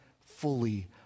fully